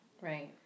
Right